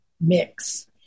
mix